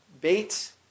Bates